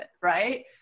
right